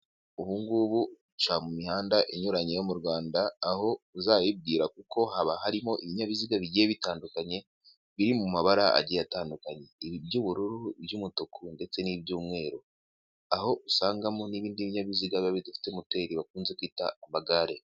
Ubungubu uca mu mihanda inyuranye yo mu Rwanda, aho uzayibwira kuko haba harimo ibinyabiziga bigiye bitandukanye, biri mu mabara agiye atandukanye iby'ubururu, iby'umutuku ndetse n'iby'umweru, aho usangamo n'ibindi binyabiziga ba bidafite moteri bakunze kwita ku amagare.